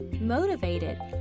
motivated